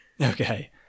Okay